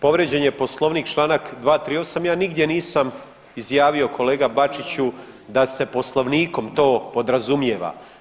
Povrijeđen je Poslovnik Članak 238., ja nigdje nisam izjavio kolega Bačiću da se Poslovnikom to podrazumijeva.